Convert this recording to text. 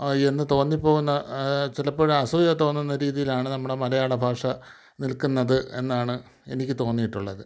എന്ന് തോന്നിപ്പോവുന്ന ചിലപ്പോൾ അസൂയ തോന്നുന്ന രീതിയിലാണ് നമ്മുടെ മലയാളഭാഷ നിൽക്കുന്നത് എന്നാണ് എനിക്ക് തോന്നിയിട്ടുള്ളത്